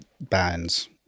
bands